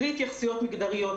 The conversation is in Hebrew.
בלי התייחסויות מגדריות,